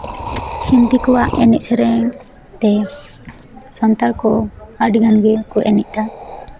ᱦᱤᱱᱫᱤ ᱠᱚᱣᱟᱜ ᱮᱱᱮᱡ ᱥᱮᱨᱮᱧ ᱛᱮ ᱥᱟᱱᱛᱟᱲ ᱠᱚ ᱟᱹᱰᱤᱜᱟᱱ ᱜᱮᱠᱚ ᱮᱱᱮᱡᱫᱟ